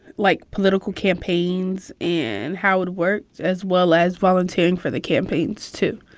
like, political campaigns and how it works, as well as volunteering for the campaigns, too,